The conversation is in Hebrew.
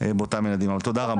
תודה רבה